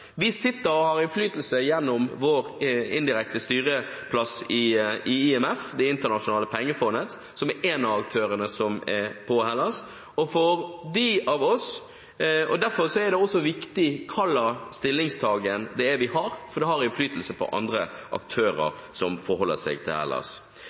Vi har innflytelse gjennom vår indirekte styreplass i IMF – Det internasjonale pengefondet, som er en av aktørene som er engasjert med Hellas – og derfor er det også viktig hva slags stillingtagen vi har, for det har innflytelse på andre aktører som forholder seg til Hellas.